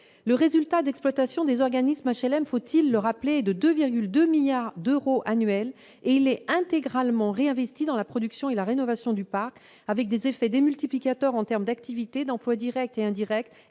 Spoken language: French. le résultat d'exploitation des organismes HLM, 2,2 milliards d'euros annuels, est intégralement réinvesti dans la production de logements et la rénovation du parc, avec des effets démultiplicateurs en termes d'activité, d'emplois directs et indirects